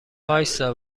وایستا